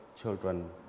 children